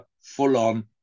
full-on